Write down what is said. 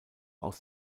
aus